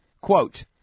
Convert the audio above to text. Quote